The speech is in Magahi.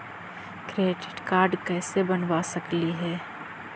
क्रेडिट कार्ड कैसे बनबा सकली हे?